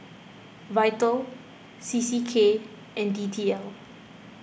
V I T A L C C K and D T L